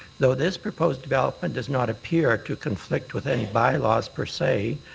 though this proposed development does not appear to conflict with any bylaws per se,